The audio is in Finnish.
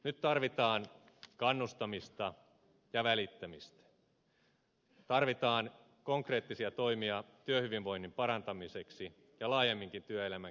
nyt tarvitaan kannustamista ja välittämistä tarvitaan konkreettisia toimia työhyvinvoinnin parantamiseksi ja laajemminkin työelämän kehittämiseksi